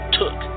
took